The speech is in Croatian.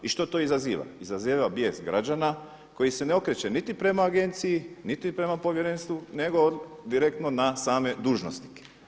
I što to izaziva, izaziva bijes građana koji se ne okreće niti prema Agenciji niti prema Povjerenstvu nego direktno na same dužnosnike.